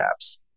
apps